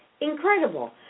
incredible